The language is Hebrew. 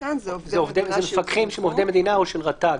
אלה מפקחים שהם עובדי מדינה או של רט"ג.